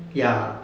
ya